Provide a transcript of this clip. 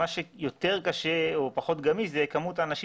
מה שיותר קשה או פחות גמיש זה מספר האנשים